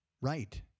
right